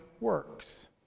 works